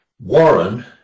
Warren